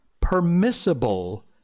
permissible